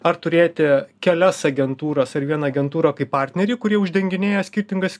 ar turėti kelias agentūras ar vieną agentūrą kaip partnerių kurie uždeginėja skirtingas